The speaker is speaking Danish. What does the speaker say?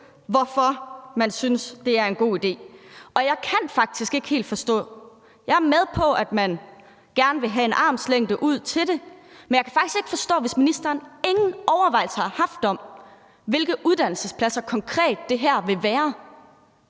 hvorfor man synes, det er en god idé. Jeg kan faktisk ikke helt forstå det her. Jeg er med på, at man gerne vil have en armslængde ud til det, men jeg kan faktisk ikke forstå det, hvis ministeren ingen overvejelser har haft om, hvilke uddannelsespladser det konkret vil være.